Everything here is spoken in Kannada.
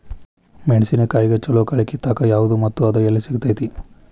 ಮೆಣಸಿನಕಾಯಿಗ ಛಲೋ ಕಳಿ ಕಿತ್ತಾಕ್ ಯಾವ್ದು ಮತ್ತ ಅದ ಎಲ್ಲಿ ಸಿಗ್ತೆತಿ?